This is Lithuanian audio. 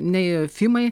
nei fimai